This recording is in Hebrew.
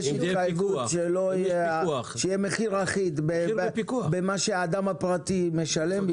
יש התחייבות שיהיה מחיר אחיד במה שהאדם הפרטי משלם.